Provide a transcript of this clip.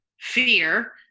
fear